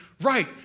Right